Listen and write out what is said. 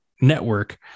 network